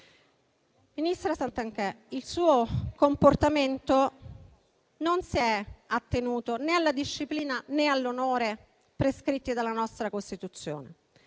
Garnero Santanchè, il suo comportamento non si è attenuto né alla disciplina, né all'onore prescritti dalla nostra Costituzione.